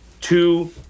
two